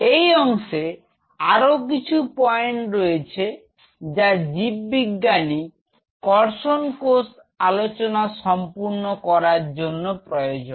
এই অংশে আরো কিছু পয়েন্ট রয়েছে যা জীববিজ্ঞানী কর্ষণ কোষ আলোচনা সম্পূর্ণ করার জন্য প্রয়োজন